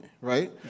right